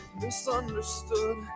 misunderstood